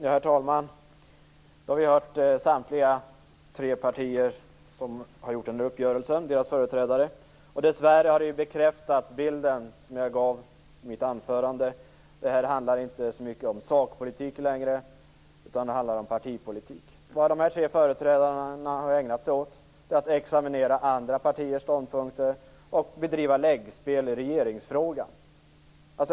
Herr talman! Då har vi hört företrädare för samtliga tre partier som har varit med om den här uppgörelsen. Dessvärre har den bild som jag gav i mitt anförande bekräftats. Det här handlar inte längre så mycket om sakpolitik, utan det handlar om partipolitik. Dessa tre företrädare har ägnat sig åt att examinera andra partiers ståndpunkter och bedriva läggspel i regeringsfrågan.